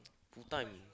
full time